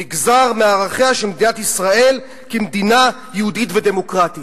נגזר מערכיה של מדינת ישראל כמדינה יהודית ודמוקרטית".